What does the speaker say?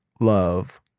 Love